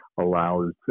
allows